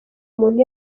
umuntu